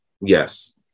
Yes